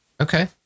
Okay